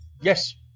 Yes